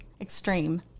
extreme